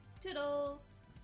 Toodles